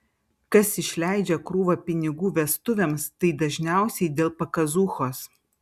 kas išleidžia krūvą pinigų vestuvėms tai dažniausiai dėl pakazuchos